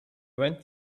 went